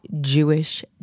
Jewish